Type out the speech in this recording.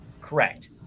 correct